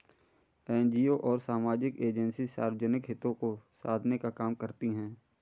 NGO और सामाजिक agency सार्वजनिक हितों को साधने का काम करती हैं